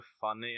funny